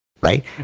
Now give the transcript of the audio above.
Right